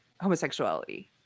homosexuality